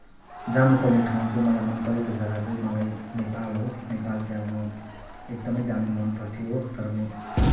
जानुपर्ने ठाउँ चाहिँ मलाई मनपरेको जग्गा चाहिँ मलाई नेपाल हो नेपाल चाहिँ अब म एकदमै जान मन पर्थ्यो हो तर म